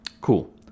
Cool